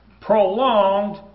prolonged